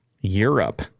Europe